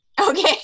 Okay